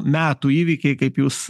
metų įvykiai kaip jūs